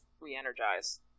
re-energize